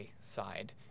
side